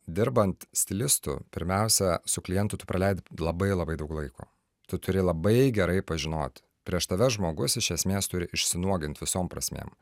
dirbant stilistu pirmiausia su klientu tu praleidi labai labai daug laiko tu turi labai gerai pažinoti prieš tave žmogus iš esmės turi išsinuogint visom prasmėm